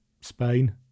spain